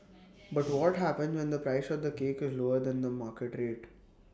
but what happens when the price of the cake is lower than the market rate